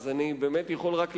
אני באמת יכול רק להשתומם.